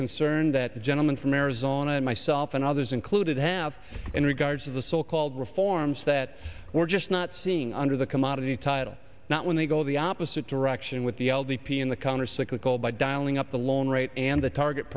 concern that the gentleman from arizona and myself and others included have in regards to the so called reforms that we're just not seeing under the commodity title not when they go the opposite direction with the l d p in the countercyclical by dialing up the loan rate and the target